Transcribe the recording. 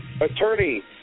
Attorney